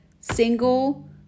single